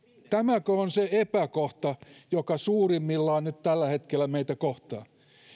tämäkö on se epäkohta joka suurimmillaan nyt tällä hetkellä meitä kohtaa